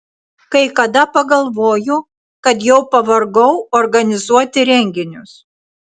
kai kada pagalvoju kad jau pavargau organizuoti renginius